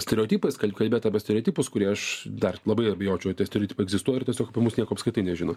stereotipais kal kalbėt apie stereotipus kurie aš dar labai abejočiau ar tie stereotipai egzistuoja ir tiesiog apie mus nieko apskritai nežino